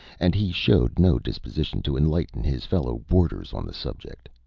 and he showed no disposition to enlighten his fellow-boarders on the subject.